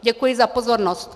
Děkuji za pozornost.